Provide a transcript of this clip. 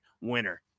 winner